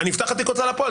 אני אפתח תיק בהוצאה לפועל.